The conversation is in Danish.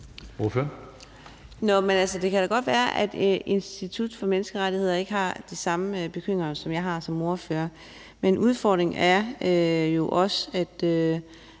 Det kan da godt være, at Institut for Menneskerettigheder ikke har de samme bekymringer, som jeg har som ordfører. Udfordringen er jo også, at